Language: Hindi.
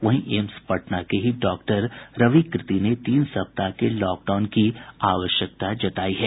वहीं एम्स पटना के ही डॉक्टर रवि कीर्ति ने तीन सप्ताह के लॉकडाउन की आवश्यकता जतायी है